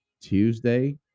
Tuesday